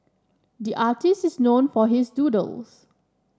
the artist is known for his doodles